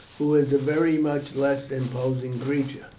who is a very much less imposing creature,